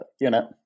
unit